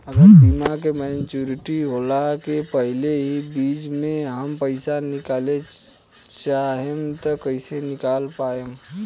अगर बीमा के मेचूरिटि होला के पहिले ही बीच मे हम पईसा निकाले चाहेम त कइसे निकाल पायेम?